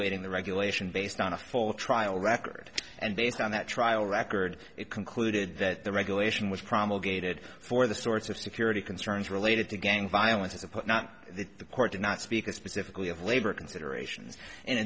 ating the regulation based on a full trial record and based on that trial record it concluded that the regulation was promulgated for the sorts of security concerns related to gang violence as a put not the court did not speak specifically of labor considerations in